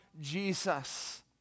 jesus